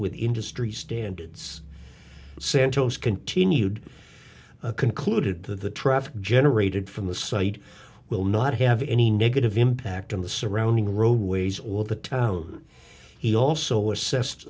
with industry standards santos continued concluded that the traffic generated from the site will not have any negative impact on the surrounding roadways or the town he also assessed